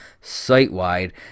site-wide